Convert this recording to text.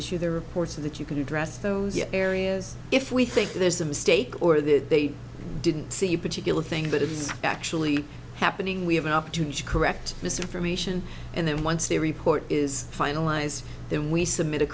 issue the reports of that you can address those areas if we think there's a mistake or that they didn't see a particular thing that is actually happening we have an opportunity to correct misinformation and then once the report is finalized then we submit